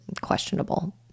questionable